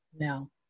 no